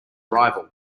rival